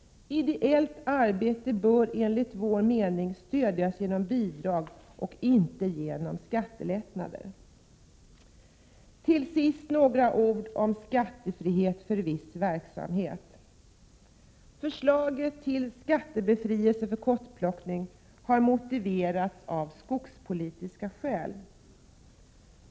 Ideellt arbete bör enligt utskottets mening stödjas genom bidrag och inte genom skattelättnader. Till sist något om skattefrihet för viss verksamhet. Förslaget till skattebefrielse vid kottplockning har motiverats med skogspolitiska skäl.